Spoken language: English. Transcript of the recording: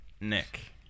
Nick